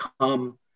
come